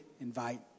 invite